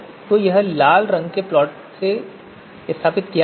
तो यह लाल रंग में प्लॉट किया जा रहा है